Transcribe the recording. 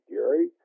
Gary